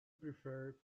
prefer